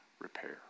repair